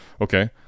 okay